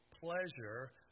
pleasure